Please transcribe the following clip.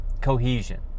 cohesion